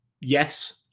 yes